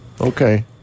Okay